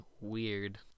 weird